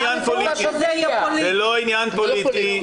זה לא עניין פוליטי.